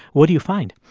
what do you find?